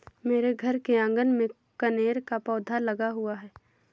मेरे घर के आँगन में कनेर का पौधा लगा हुआ है